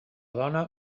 dona